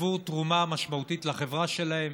עבור תרומה משמעותית לחברה שלהם,